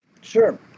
Sure